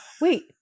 Wait